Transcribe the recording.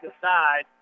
decide